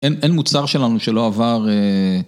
אין מוצר שלנו שלא עבר